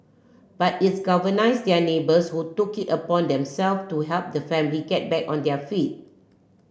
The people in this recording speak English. but its galvanised their neighbours who took it upon them self to help the family get back on their feet